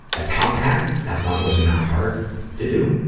a top hat that one was not hard to do,